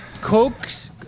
Cokes